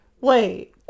wait